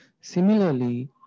Similarly